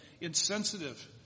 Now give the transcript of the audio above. insensitive